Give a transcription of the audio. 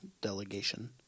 delegation